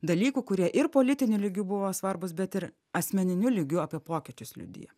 dalykų kurie ir politiniu lygiu buvo svarbūs bet ir asmeniniu lygiu apie pokyčius liudija